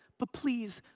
but please.